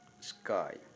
Sky